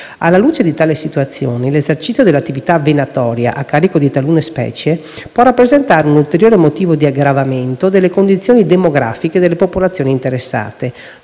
Alla luce di tale situazione, l'esercizio dell'attività venatoria a carico di talune specie può rappresentare un ulteriore motivo di aggravamento delle condizioni demografiche delle popolazioni interessate,